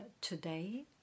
today